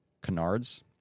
canards